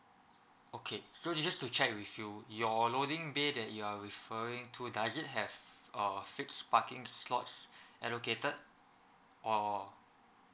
okay so just to check with you your loading bay that you are referring to does it have f~ uh fixed parking slot allocated or